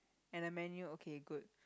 and a menu okay good